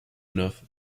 enough